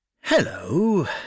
Hello